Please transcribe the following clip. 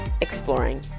exploring